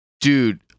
Dude